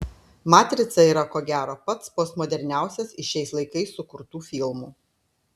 matrica yra ko gero pats postmoderniausias iš šiais laikais sukurtų filmų